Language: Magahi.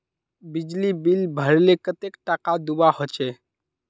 बिजली बिल भरले कतेक टाका दूबा होचे?